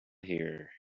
here